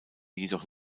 jedoch